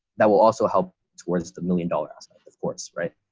that will also help towards the million dollar aspect of course, right.